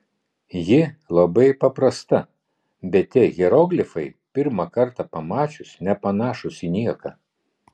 ji labai paprasta bet tie hieroglifai pirmą kartą pamačius nepanašūs į nieką